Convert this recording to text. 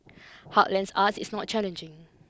heartlands arts is not challenging